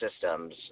systems